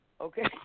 Okay